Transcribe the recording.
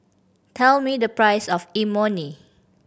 tell me the price of Imoni